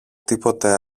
τίποτε